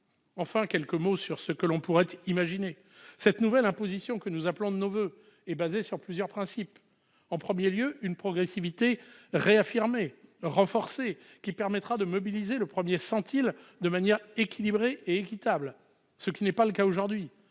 dirai quelques mots sur ce que l'on pourrait imaginer. La nouvelle imposition que nous appelons de nos voeux se fonde sur plusieurs principes. En premier lieu, la progressivité est réaffirmée. Elle permettra de mobiliser le premier centile de manière équilibrée et équitable, ce qui n'est pas le cas aujourd'hui.